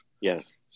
Yes